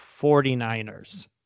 49ers